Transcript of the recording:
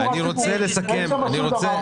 אין תחבורה ציבורית, אין שם שום דבר.